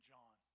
John